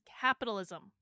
capitalism